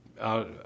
out